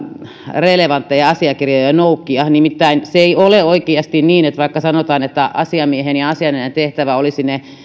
relevantteja asiakirjoja noukkia nimittäin se ei ole oikeasti niin vaikka sanotaan että asiamiehen ja asianajajan tehtävä olisi ne